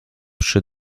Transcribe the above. przy